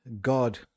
god